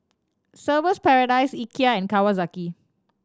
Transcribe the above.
Surfer's Paradise Ikea and Kawasaki